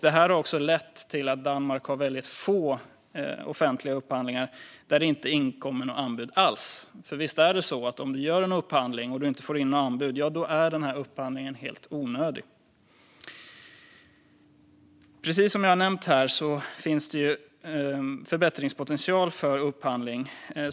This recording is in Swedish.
Detta har också lett till att Danmark har väldigt få offentliga upphandlingar där det inte inkommer några anbud alls. För visst är det så att om man gör en upphandling och inte får in några anbud är denna upphandling helt onödig? Precis som jag har nämnt här finns det förbättringspotential för upphandling.